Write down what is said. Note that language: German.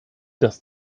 dass